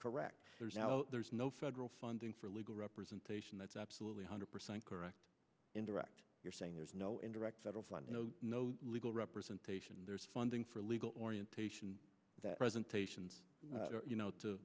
correct there's no federal funding for legal representation that's absolutely hundred percent correct indirect you're saying there's no indirect federal funding no legal representation there's funding for legal orientation that presentations you know to